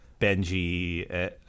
Benji